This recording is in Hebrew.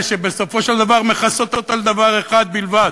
שבסופו של דבר מכסות על דבר אחד בלבד: